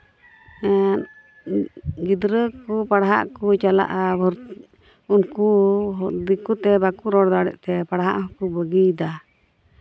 ᱜᱤᱫᱽᱨᱟᱹ ᱠᱚ ᱯᱟᱲᱦᱟᱜ ᱠᱚ ᱪᱟᱞᱟᱜᱼᱟ ᱩᱱᱠᱩ ᱫᱤᱠᱩ ᱛᱮ ᱵᱟᱠᱚ ᱨᱚᱲ ᱫᱟᱲᱮᱜ ᱛᱮ ᱯᱟᱲᱦᱟᱜ ᱦᱚᱸ ᱠᱚ ᱵᱟᱹᱜᱤᱭᱫᱟ